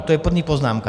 To je první poznámka.